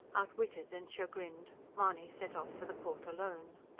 outwitted and chagrined, mahony set off for the court alone.